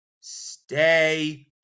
Stay